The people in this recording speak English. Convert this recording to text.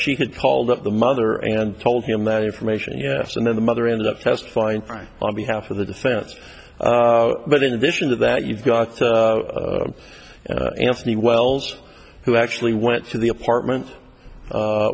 she had called up the mother and told him that information yes and then the mother ended up just fine on behalf of the defense but in addition to that you've got anthony wells who actually went to the apartment